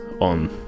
on